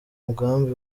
mugambi